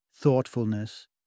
thoughtfulness